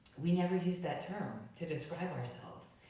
we never used that term to describe ourselves.